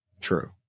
True